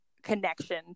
connection